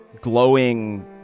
glowing